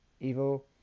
evil